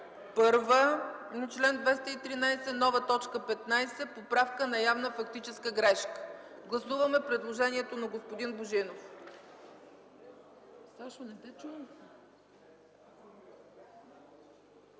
1 на чл. 213, нова т. 15 – „поправка на явна фактическа грешка”. Гласуваме предложението на господин Божинов.